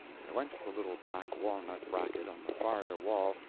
i went to the little black-walnut bracket on the farther wall,